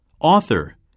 Author